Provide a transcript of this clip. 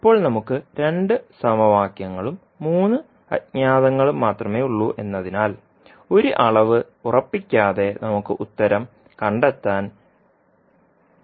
ഇപ്പോൾ നമുക്ക് 2 സമവാക്യങ്ങളും 3 അജ്ഞാതങ്ങളും മാത്രമേ ഉള്ളൂ എന്നതിനാൽ ഒരു അളവ് ഉറപ്പിക്കാതെ നമുക്ക് ഉത്തരം കണ്ടെത്താൻ കഴിയില്ല